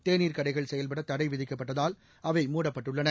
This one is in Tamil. தேநீர் கடைகள் செயல்பட தடை விதிக்கப்பட்டதால் அவை மூடப்பட்டுள்ளன